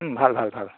ভাল ভাল ভাল